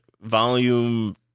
volume